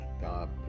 God